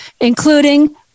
including